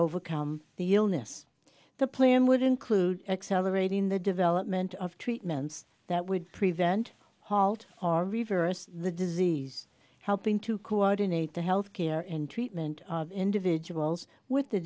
overcome the illness the plan would include accelerating the development of treatments that would prevent halt or reverse the disease helping to coordinate the health care and treatment of individuals with the